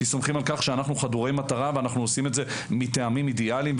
כי סומכים על כך שאנחנו חדורי מטרה ועושים את זה מטעמים אידיאליים,